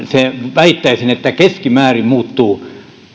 väittäisin keskimäärin muuttuvat